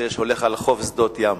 הולך על חוף שדות-ים,